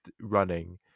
running